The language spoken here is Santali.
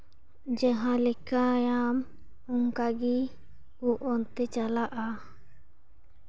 ᱡᱟᱦᱟᱸ ᱞᱮᱠᱟᱭᱟᱢ ᱚᱱᱠᱟᱜᱮ ᱩᱯ ᱚᱱᱛᱮ ᱪᱟᱞᱟᱜᱼᱟ